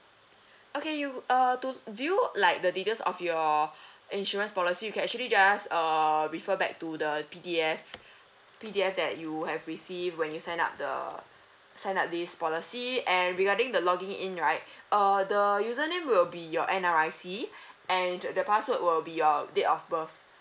okay you err to do you like the details of your insurance policy we can actually just err refer back to the P_D_F P_D_F that you have received when you signed up the signed up this policy and regarding the logging in right err the username will be your N_R_I_C and the password will be your date of birth